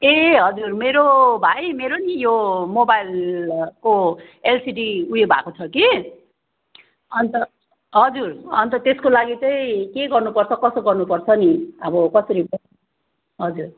ए हजुर मेरो भाइ मेरो नि यो मोबाइलको एलसिडी उयो भएको छ कि अन्त हजुर अन्त त्यसको लागि चाहिँ के गर्नुपर्छ कसो गर्नुपर्छ नि अब कसरी हजुर